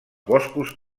boscos